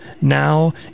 Now